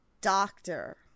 doctor